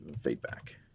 feedback